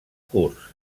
curs